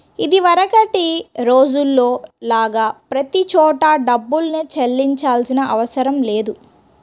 ఇదివరకటి రోజుల్లో లాగా ప్రతి చోటా డబ్బుల్నే చెల్లించాల్సిన అవసరం లేదు